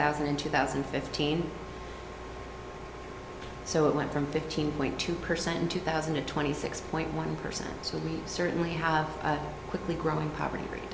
thousand and two thousand and fifteen so it went from fifteen point two percent in two thousand to twenty six point one percent so we certainly have quickly growing poverty rate